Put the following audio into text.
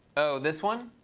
oh, this one?